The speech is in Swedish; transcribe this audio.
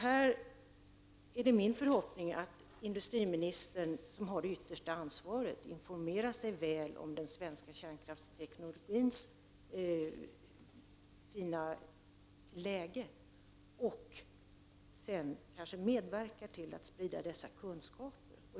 Det är min förhoppning att industriministern, som har det yttersta ansvaret, informerar sig väl om den svenska kärnkraftsteknologins fina läge och sedan kanske medverkar till att sprida denna kunskap.